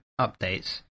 updates